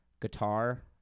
guitar